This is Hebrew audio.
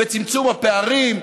בצמצום הפערים,